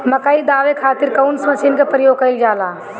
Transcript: मकई दावे खातीर कउन मसीन के प्रयोग कईल जाला?